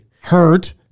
Hurt